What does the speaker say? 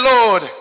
Lord